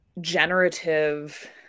generative